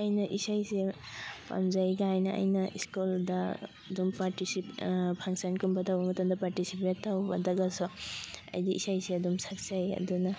ꯑꯩꯅ ꯏꯁꯩꯁꯦ ꯄꯥꯝꯖꯩꯒꯥꯏꯅ ꯑꯩꯅ ꯁ꯭ꯀꯨꯜꯗ ꯑꯗꯨꯝ ꯄꯥꯔꯇꯤꯁꯤꯄꯦꯠ ꯐꯪꯁꯟꯒꯨꯝꯕ ꯇꯧꯕ ꯃꯇꯝꯗ ꯄꯥꯔꯇꯤꯁꯤꯄꯦꯠ ꯇꯧꯕꯗꯒꯁꯨ ꯑꯩꯗꯤ ꯏꯁꯩꯁꯦ ꯑꯗꯨꯝ ꯁꯛꯆꯩ ꯑꯗꯨꯅ